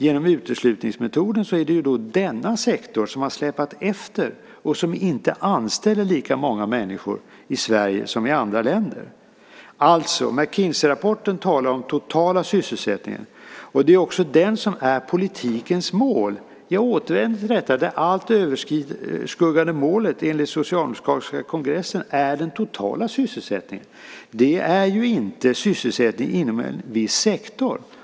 Genom uteslutningsmetoden är det denna sektor som har släpat efter och som inte anställer lika många människor i Sverige som i andra länder. Alltså: I McKinseyrapporten talas det om den totala sysselsättningen. Det är också den som är politikens mål. Jag återvänder till detta. Det allt överskuggande målet enligt den socialdemokratiska kongressen är den totala sysselsättningen. Det är ju inte sysselsättning inom en viss sektor.